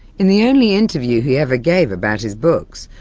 in the only interview he ever gave about his books,